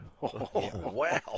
wow